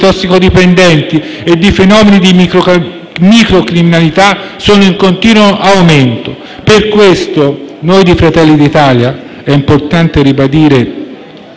tossicodipendenti e fenomeni di microcriminalità sono in continuo aumento. Per questo per noi di Fratelli d'Italia è importante ridare